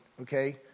okay